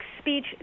speech